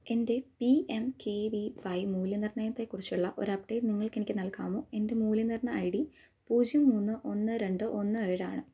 എന്റെ P M K V Y മൂല്യനിർണ്ണയ നിലയെക്കുറിച്ചുള്ള ഒരു അപ്ഡേറ്റ് നിങ്ങൾക്ക് എനിക്ക് നൽകാമോ എന്റെ മൂല്യനിർണ്ണയ ഐ ഡി പൂജ്യം മൂന്ന് ഒന്ന് രണ്ട് ഒന്ന് ഏഴ് ആണ്